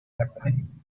happening